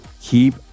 keep